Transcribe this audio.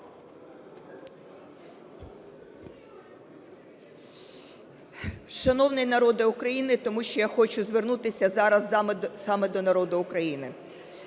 Шановний народе України, тому що я хочу звернутися зараз саме до народу України.